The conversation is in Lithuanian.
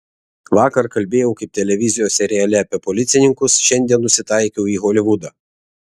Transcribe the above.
vakar kalbėjau kaip televizijos seriale apie policininkus šiandien nusitaikiau į holivudą